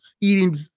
eating